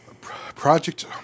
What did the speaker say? Project